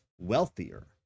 wealthier